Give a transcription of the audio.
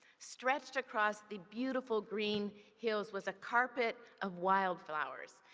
stretched across the beautiful green hills was a carpet of wildflowers.